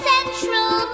Central